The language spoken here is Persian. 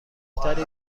تری